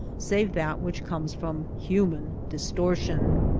save that which comes from human distortion.